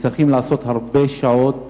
הם צריכים לעשות הרבה שעות